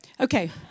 Okay